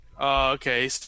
Okay